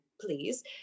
please